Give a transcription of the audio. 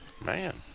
Man